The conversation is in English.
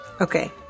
Okay